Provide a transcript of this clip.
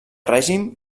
règim